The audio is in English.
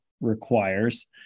requires